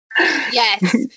Yes